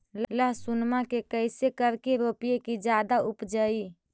लहसूनमा के कैसे करके रोपीय की जादा उपजई?